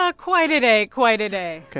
ah quite a day, quite a day ok.